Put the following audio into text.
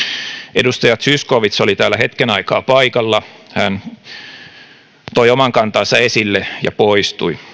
edustaja zyskowicz oli täällä hetken aikaa paikalla hän toi oman kantansa esille ja poistui